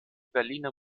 berliner